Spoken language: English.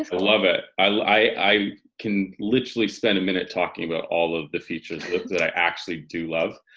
ah love it. i can literally spend a minute talking about all of the features that i actually do love,